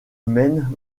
mène